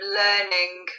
learning